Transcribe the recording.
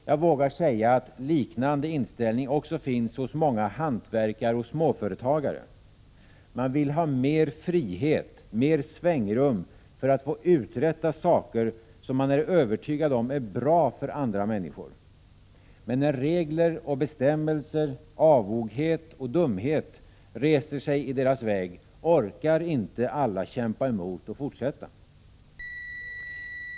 Jag vågar säga att liknande inställning också finns hos många hantverkare och småföretagare. De vill ha mer frihet, mer svängrum för att få uträtta saker som de är övertygade om är bra för andra människor. Men när regler och bestämmelser, avoghet och dumhet reser sig i deras väg orkar inte alla kämpa emot och fortsätta.